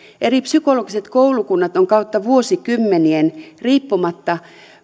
eri psykologiset koulukunnat ovat kautta vuosikymmenien riippumatta